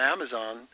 Amazon